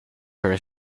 her